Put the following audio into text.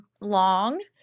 long